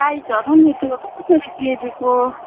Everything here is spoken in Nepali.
प्राइजहरू नि त्यो कसरी केजीको